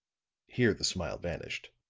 here the smile vanished,